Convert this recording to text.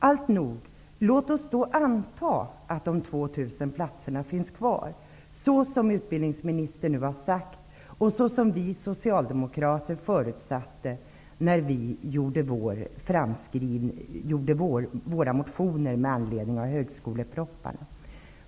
Alltnog -- låt oss anta att de 2 000 platserna finns kvar så som utbildningsministern nu har sagt och som vi socialdemokrater förutsatte när vi skrev våra motioner med anledning av högskolepropositionerna.